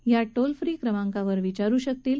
या toll free क्रमांकावरुन विचारु शकतील